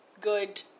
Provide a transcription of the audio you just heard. good